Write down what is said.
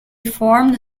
formed